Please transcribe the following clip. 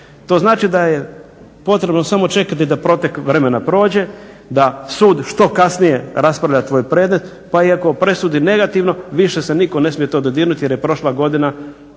To znači da je potrebno samo čekati da protek vremena prođe, da sud što kasnije raspravlja tvoj predmet, pa i ako presudi negativno više se niko ne smije toga dodirnuti jer je prošla godina